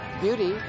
beauty